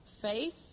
Faith